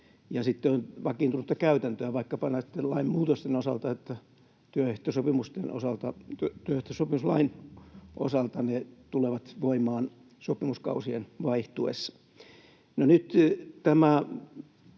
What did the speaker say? sitten on vakiintunutta käytäntöä vaikkapa näitten lainmuutosten osalta, että työehtosopimuslain osalta ne tulevat voimaan sopimuskausien vaihtuessa.